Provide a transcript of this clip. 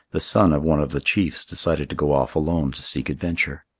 the son of one of the chiefs decided to go off alone to seek adventure.